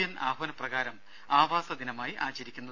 N ആഹ്വാനപ്രകാരം ആവാസദിനമായി ആചരിക്കുന്നത്